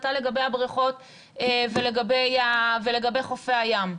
להחלטה לגבי הבריכות ולגבי חופי הים.